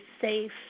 safe